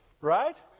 Right